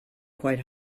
quite